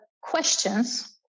questions